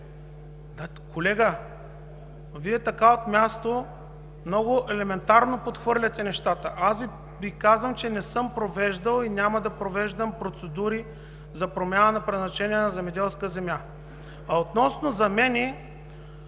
Колега, така от място, Вие много елементарно подхвърляте нещата. Аз Ви казвам, че не съм провеждал и няма да провеждам процедури за промяна на предназначението на земеделска земя. Относно замените